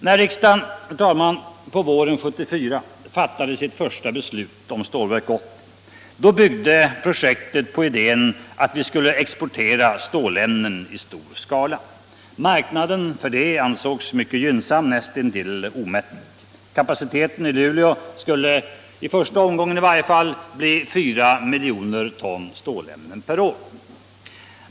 När riksdagen på våren 1974 fattade sitt första beslut om Stålverk 80 byggde projektet på idén att vi skulle exportera stålämnen i stor skala. Marknaden härför ansågs mycket gynnsam, näst intill omättlig. Kapaciteten i Luleå skulle i varje fall i första omgången bli 4 miljoner ton stålämnen per år.